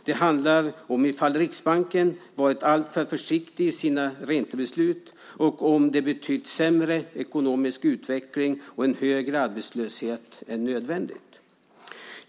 Den handlar om ifall Riksbanken har varit alltför försiktig i sina räntebeslut och om detta har betytt sämre ekonomisk utveckling och en högre arbetslöshet än nödvändigt.